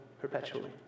perpetually